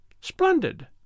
Splendid